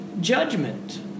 judgment